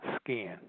skin